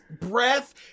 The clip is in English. breath